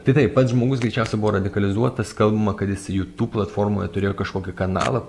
tai taip pats žmogus greičiausia buvo radikalizuotas kalbama kad jis jūtūb platformoje turėjo kažkokį kanalą